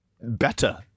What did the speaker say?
better